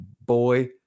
boy